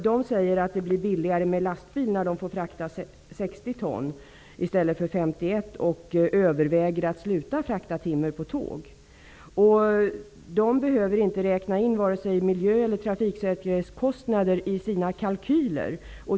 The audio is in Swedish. De säger att det blir billigare med lastbil, när man får frakta 60 ton i stället för 51 ton per ekipage och överväger att sluta frakta timmer på tåg. Skogsföretagen behöver inte räkna in kostnader för vare sig miljö eller trafiksäkerhet i sina kalkyler.